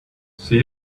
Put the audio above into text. see